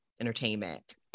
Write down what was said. entertainment